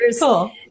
Cool